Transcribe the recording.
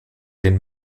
den